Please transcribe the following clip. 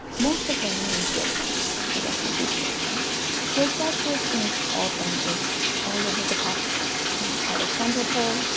most of armenian children the refugee children were sheltered in orphanages all over the caucasus' in alexandropol,